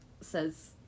says